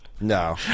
No